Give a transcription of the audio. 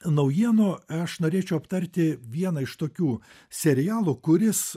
naujienų aš norėčiau aptarti vieną iš tokių serialų kuris